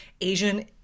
asian